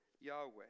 Yahweh